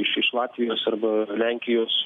iš iš latvijos arba lenkijos